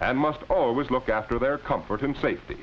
and must always look after their comfort and safety